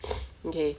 okay